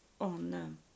on